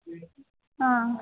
ಆಂ